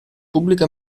pubblica